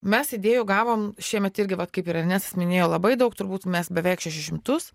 mes įdėjų gavom šiemet irgi vat kaip ir ernestas minėjo labai daug turbūt mes beveik šešis šimtus